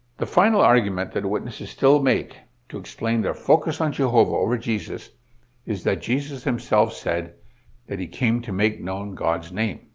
the final argument that witnesses will make to explain their focus on jehovah over jesus is that jesus himself said that he came to make known god's name,